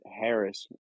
Harris